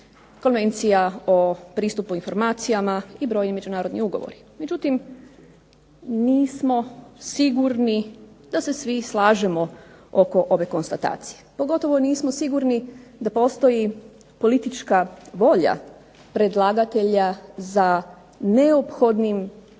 Konvencija o pristupu informacijama i brojni međunarodni ugovori. Međutim, nismo sigurni da se svi slažemo oko ove konstatacije. Pogotovo nismo sigurni da postoji politička volja predlagatelja za neophodnim